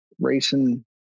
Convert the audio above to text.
racing